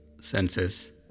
senses